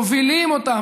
מובילות אותה,